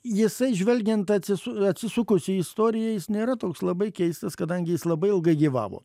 jisai žvelgiant atsisu atsisukus į istoriją jis nėra toks labai keistas kadangi jis labai ilgai gyvavo